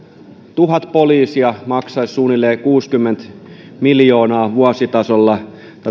tuhat poliisia maksaisi suunnilleen kuusikymmentä miljoonaa vuositasolla